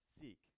Seek